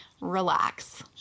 relax